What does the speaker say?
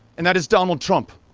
and that is donald trump